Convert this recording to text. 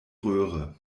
röhre